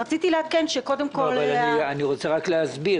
רציתי לעדכן --- אני רוצה להסביר.